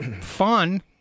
fun